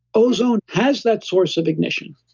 ozone has that source of ignition.